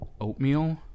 oatmeal